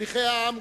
שליחי העם,